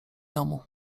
domu